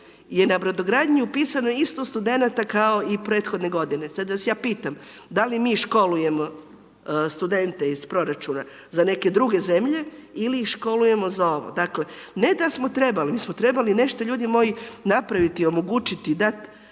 je na brodogradnji upisano isto studenata kao i prethodne godine. Sad vas ja pitam, da li mi školujemo studente iz proračuna za neke druge zemlje ili ih školujemo za ovo? Dakle ne da smo trebali, mi smo trebali nešto ljudi moji, napraviti, omogućiti, dat